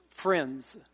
friends